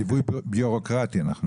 ליווי בירוקרטי אנחנו מדברים,